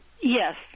Yes